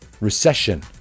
recession